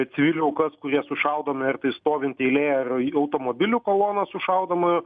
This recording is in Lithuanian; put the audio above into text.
civilių aukas kurie sušaudomi ar tai stovint eilėje ar automobilių kolona sušaudoma